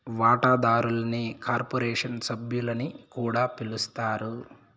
వాటాదారుల్ని కార్పొరేషన్ సభ్యులని కూడా పిలస్తారు